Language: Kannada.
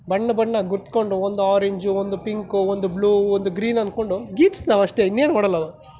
ಬಣ್ಣ ಬಣ್ಣ ಗುರುತು ಕೊಂಡು ಒಂದು ಆರೆಂಜ್ ಒಂದು ಪಿಂಕ್ ಒಂದು ಬ್ಲೂ ಒಂದು ಗ್ರೀನ್ ಅಂದ್ಕೊಂಡು ಗೀಚ್ತವೆ ಅಷ್ಟೇ ಇನ್ನೇನು ಮಾಡೋಲ್ಲ ಅವು